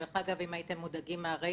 דרך אגב, אם הייתם מודאגים מהרייטינג,